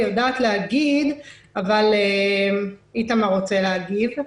היא יודעת להגיד אבל איתמר רוצה להגיב.